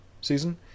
season